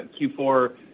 Q4